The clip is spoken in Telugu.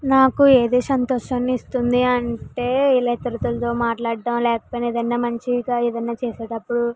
నాకు ఏది సంతోషాన్ని ఇస్తుంది అంటే ఇలా ఇతరులతో మాట్లాడటం లేకపోయిన ఏదైన మంచిగా ఏదైన చేసేటప్పుడు